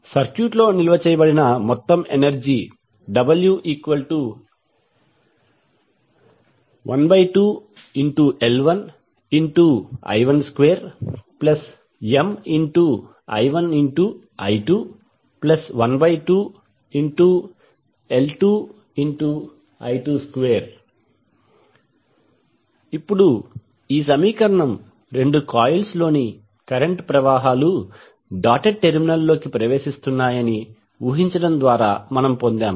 సర్క్యూట్లో నిల్వ చేయబడిన మొత్తం ఎనర్జీ w12L1I12MI1I212L2I22 ఇప్పుడు ఈ సమీకరణం రెండు కాయిల్స్లోని కరెంట్ ప్రవాహాలు డాటెడ్ టెర్మినల్ లోకి ప్రవేశిస్తున్నాయని ఊహించడం ద్వారా మనము పొందాము